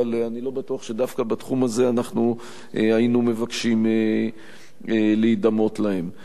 אבל אני לא בטוח שדווקא בתחום הזה אנחנו היינו מבקשים להידמות להן.